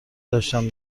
داشتم